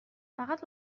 فقط